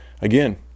again